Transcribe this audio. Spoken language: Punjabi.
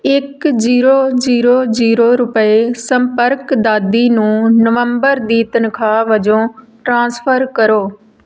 ਇੱਕ ਜੀਰੋ ਜੀਰੋ ਜੀਰੋ ਰੁਪਏ ਸੰਪਰਕ ਦਾਦੀ ਨੂੰ ਨਵੰਬਰ ਦੀ ਤਨਖਾਹ ਵਜੋਂ ਟ੍ਰਾਂਸਫਰ ਕਰੋ